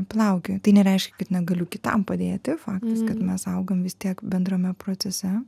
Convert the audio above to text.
plaukioju tai nereiškia kad negaliu kitam padėti faktas kad mes augam vis tiek bendrame procese